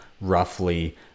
roughly